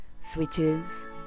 switches